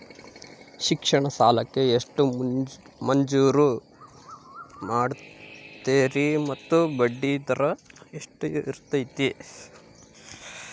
ಶಿಕ್ಷಣ ಸಾಲಕ್ಕೆ ಎಷ್ಟು ಮಂಜೂರು ಮಾಡ್ತೇರಿ ಮತ್ತು ಬಡ್ಡಿದರ ಎಷ್ಟಿರ್ತೈತೆ?